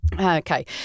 Okay